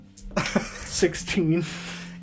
16